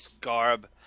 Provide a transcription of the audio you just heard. garb